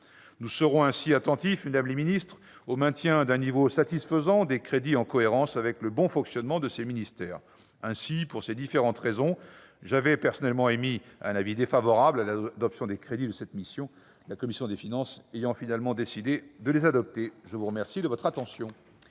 Nous serons ainsi attentifs, mesdames les ministres, au maintien d'un niveau satisfaisant des crédits en cohérence avec le bon fonctionnement de ces ministères. Ainsi, pour ces différentes raisons, j'avais, personnellement, émis un avis défavorable à l'adoption des crédits de cette mission. La commission des finances a finalement décidé de les adopter. La parole est à M.